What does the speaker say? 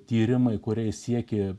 tyrimai kuriais siekė